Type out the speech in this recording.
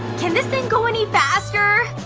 can this thing go any faster?